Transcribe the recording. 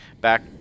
back